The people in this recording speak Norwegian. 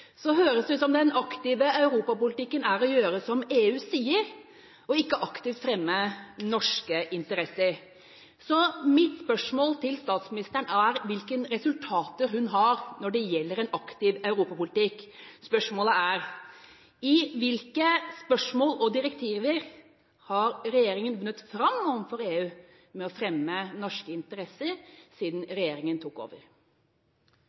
høres det ut som den aktive europapolitikken er å gjøre som EU sier, og ikke aktivt å fremme norske interesser. Mitt spørsmål til statsministeren er hvilke resultater hun har når det gjelder en aktiv europapolitikk. Spørsmålet er: I hvilke spørsmål og direktiver har regjeringa vunnet fram overfor EU med å fremme norske interesser siden den tok over?